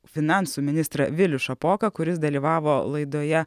finansų ministrą vilių šapoką kuris dalyvavo laidoje